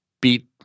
beat